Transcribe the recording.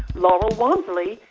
laurel wamsley,